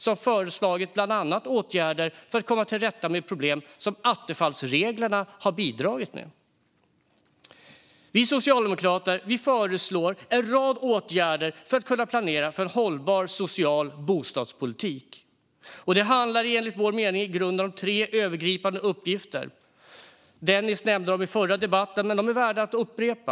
I utredningen föreslogs åtgärder för att komma till rätta med problem som attefallsreglerna har bidragit till. Vi socialdemokrater föreslår en rad åtgärder för att kunna planera för hållbar social bostadspolitik. Det handlar enligt vår mening om i grunden tre övergripande uppgifter. Denis Begic nämnde dem i förra debatten, men de är värda att upprepa.